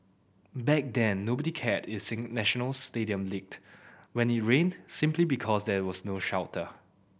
back then nobody cared National Stadium leaked when it rained simply because there was no shelter